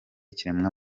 ikiremwa